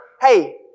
hey